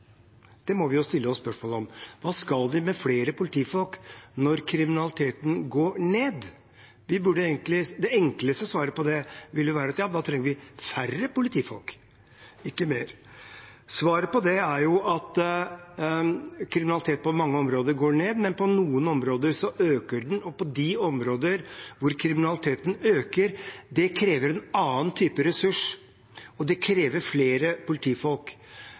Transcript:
Det må vi stille oss spørsmål om. Hva skal vi med flere politifolk når kriminaliteten går ned? Det enkleste svaret på det ville være at da trenger vi færre politifolk, ikke flere. Svaret på det er jo at kriminaliteten går ned på mange områder, men øker på noen områder, og de områdene kriminaliteten øker, krever en annen type ressurs og flere politifolk. Hadde den tradisjonelle kriminaliteten fortsatt slik det var før, hadde vi faktisk trengt færre politifolk,